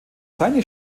seine